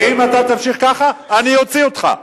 ואם אתה תמשיך ככה אני אוציא אותך.